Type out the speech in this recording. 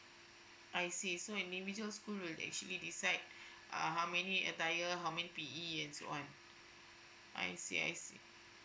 I see so school will actually decide uh how many attire how many P_E and so on I see I see